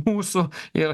mūsų ir